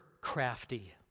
crafty